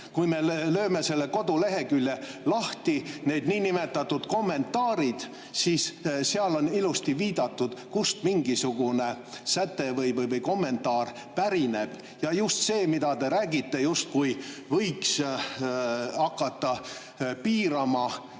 kui me lööme selle kodulehekülje lahti, need niinimetatud kommentaarid, siis seal on ilusti viidatud, kust mingisugune säte või kommentaar pärineb. Ja see, mida te räägite, justkui võiks hakata piirama